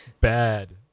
bad